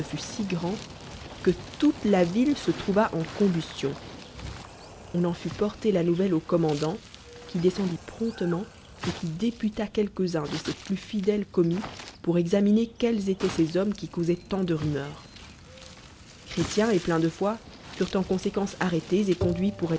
si grand que toute la vil le se trouva en combnstioa on en fut porter la non elle au commandant qui descendit promptemcnt et qui députa quelques-uns de ses plus fidèles commis pour euminer quels étoient ces hommes qui causaient tant de l'umellr chrélien et plein de foi furent en conséquence a frè lés et cooouiu